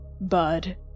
Bud